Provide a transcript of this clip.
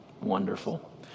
Wonderful